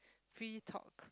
free talk